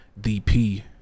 DP